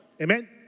Amen